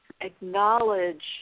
acknowledge